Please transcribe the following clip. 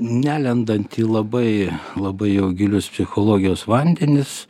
nelendant į labai labai jau gilius psichologijos vandenis